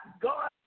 God